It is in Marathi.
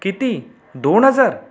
किती दोन हजार